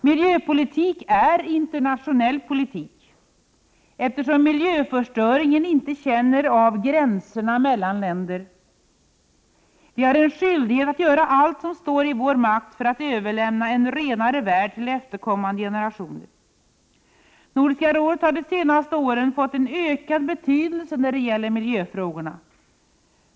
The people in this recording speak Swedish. Miljöpolitik är internationell politik, eftersom miljöförstöringen inte känner av gränserna mellan länder. Vi har en skyldighet att göra allt som står i vår makt för att överlämna en renare värld till efterkommande generationer. Nordiska rådet har de senaste åren fått en ökad betydelse när det gäller miljöfrågorna.